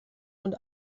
und